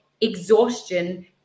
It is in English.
exhaustion